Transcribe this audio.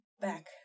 back